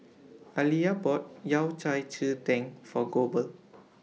Aleah bought Yao Cai Ji Tang For Goebel